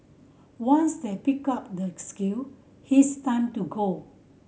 once they pick up the skill his time to go